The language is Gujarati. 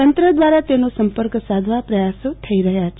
તંત્ર દ્રારા તેનો સંપર્ક સાધવા પ્રયાસો થઈ રહ્યા છે